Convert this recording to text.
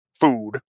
food